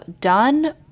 done